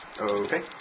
Okay